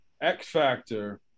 X-Factor